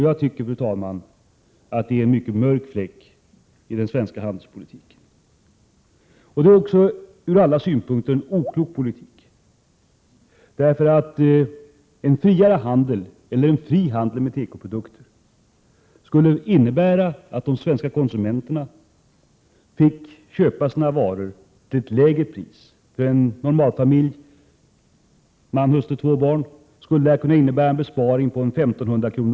Jag tycker, fru talman, att det är en mycket mörk fläck i den svenska handelspolitiken. Det är också en ur alla synpunkter oklok politik. En fri handel med tekoprodukter skulle nämligen innebära att de svenska konsumenterna fick köpa varorna till lägre pris. En familj bestående av man, hustru och två barn skulle kunna göra en besparing på 1 500 kr.